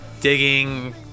digging